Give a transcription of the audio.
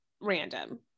random